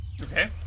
Okay